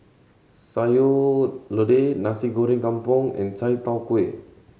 Sayur Lodeh Nasi Goreng Kampung and chai tow kway